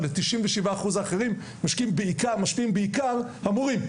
על 97% האחרים משפיעים בעיקר המורים,